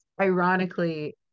Ironically